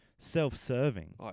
self-serving